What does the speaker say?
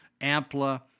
Ampla